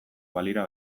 balira